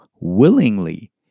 willingly